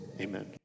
Amen